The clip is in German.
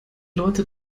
leute